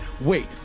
wait